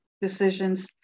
decisions